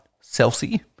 celsius